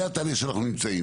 זה התהליך שאנחנו נמצאים.